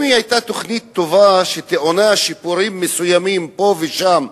אם היא היתה תוכנית טובה שטעונה שיפורים מסוימים פה ושם,